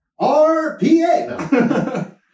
RPA